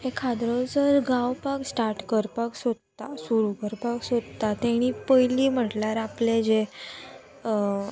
एकाद्रो जर गावपाक स्टार्ट करपाक सोदता सुरू करपाक सोदता तेणी पयली म्हटल्यार आपले जे